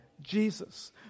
Jesus